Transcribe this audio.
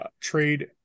trade